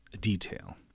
detail